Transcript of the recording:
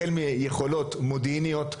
החל מיכולות מודיעיניות,